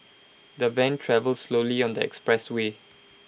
the van travelled slowly on the expressway